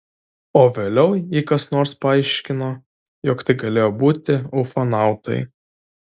o vėliau jai kas nors paaiškino jog tai galėjo būti ufonautai